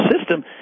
system